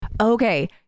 Okay